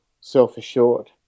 self-assured